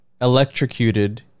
electrocuted